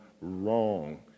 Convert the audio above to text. wrong